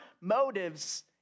motives